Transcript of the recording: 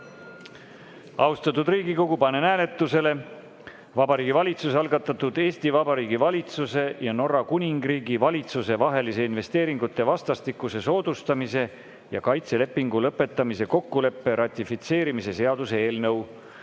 juurde. Austatud Riigikogu, panen hääletusele Vabariigi Valitsuse algatatud Eesti Vabariigi valitsuse ja Norra Kuningriigi valitsuse vahelise investeeringute vastastikuse soodustamise ja kaitse lepingu lõpetamise kokkuleppe ratifitseerimise seaduse eelnõu